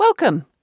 Welcome